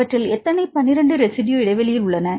அவற்றில் எத்தனை 12 ரெஸிட்யு இடைவெளியில் உள்ளன